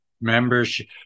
membership